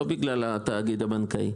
לא בגלל התאגיד הבנקאי.